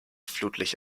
flutlicht